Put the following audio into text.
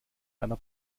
einer